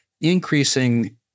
increasing